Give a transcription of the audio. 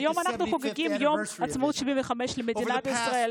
היום אנחנו חוגגים את יום העצמאות ה-75 למדינת ישראל.